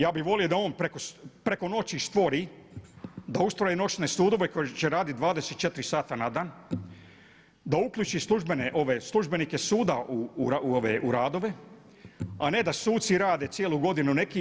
Ja bih volio da on preko noći stvori, da ustroji noćne sudove koji će raditi 24 sata na dan, da uključi službenike suda u radove a ne da suci rade cijelu godinu neki